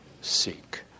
seek